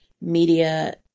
media